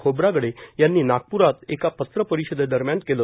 खोब्रागडे यांनी नागप्रात एका पत्रकार परिषद दरम्यान केलं